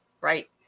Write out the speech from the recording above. right